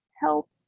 help